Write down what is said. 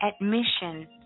admission